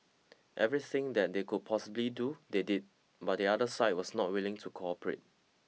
everything that they could possibly do they did but the other side was not willing to cooperate